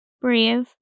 brave